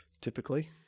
typically